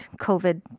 COVID